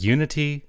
Unity